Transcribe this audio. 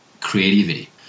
creativity